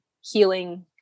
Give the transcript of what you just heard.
healing